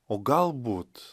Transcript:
o galbūt